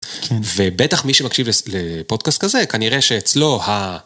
ובטח מי שמקשיב לפודקאסט כזה כנראה שאצלו ה...